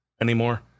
anymore